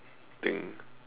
thing